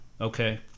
Okay